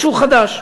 משהו חדש.